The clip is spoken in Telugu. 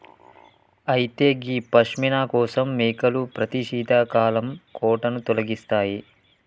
అయితే గీ పష్మిన కోసం మేకలు ప్రతి శీతాకాలం కోటును తొలగిస్తాయి